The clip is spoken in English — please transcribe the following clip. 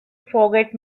forget